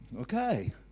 Okay